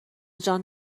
جان